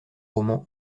roman